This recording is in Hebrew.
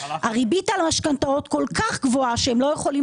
הריבית על המשכנתאות כל כך גבוהה שהם לא יכולים